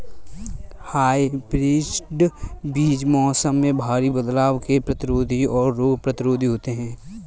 hybrid बीज मौसम में भारी बदलाव के प्रतिरोधी और रोग प्रतिरोधी होते हैं